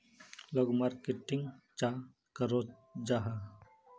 लोग मार्केटिंग चाँ करो जाहा?